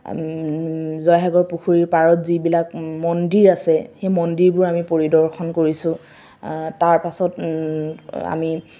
জয়সাগৰ পুখুৰীৰ পাৰত যিবিলাক মন্দিৰ আছে সেই মন্দিৰবোৰ আমি পৰিদৰ্শন কৰিছোঁ তাৰপাছত আমি